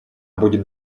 будет